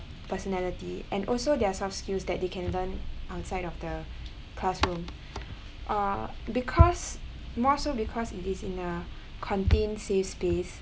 personality and also their soft skills that they can learn outside of the classroom uh because more so because it is in a contained safe space